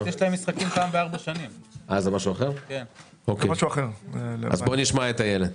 נשמע את אילת.